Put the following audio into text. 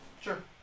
Sure